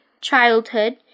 childhood